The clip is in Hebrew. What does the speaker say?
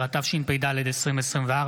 התשפ"ד 2024,